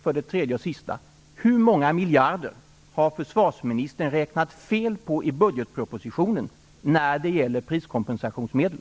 För det tredje och sista: Hur många miljarder har försvarsministern räknat fel på i budgetpropositionen när det gäller priskompensationsmedel?